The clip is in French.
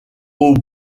aux